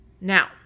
Now